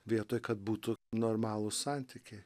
vietoj kad būtų normalūs santykiai